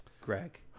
greg